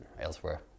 elsewhere